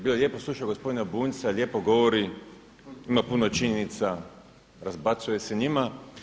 Bilo je lijepo slušat gospodina Bunjca, lijepo govori, ima puno činjenica, razbacuje se njima.